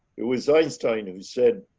it was einstein who said